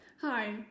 Hi